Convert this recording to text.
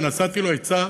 השאתי לו עצה,